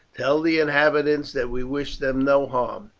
tell the inhabitants that we wish them no harm.